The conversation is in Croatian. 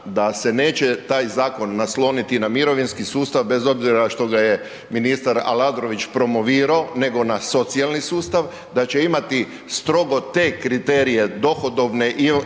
da se neće taj zakon nasloniti na mirovinski sustav bez obzira što ga je ministar Aladrović promovirao nego na socijalni sustav da će imati strogo te kriterije dohodovne i